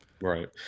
right